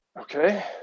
Okay